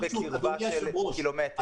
בקרבה של קילומטר?